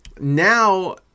now